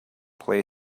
play